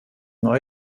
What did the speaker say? neu